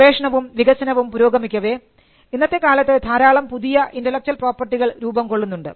ഗവേഷണവും വികസനവും പുരോഗമിക്കവേ ഇന്നത്തെ കാലത്ത് ധാരാളം പുതിയ ഇന്റെലക്ച്വൽ പ്രോപ്പർട്ടികൾ രൂപം കൊള്ളുന്നുണ്ട്